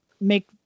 make